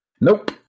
Nope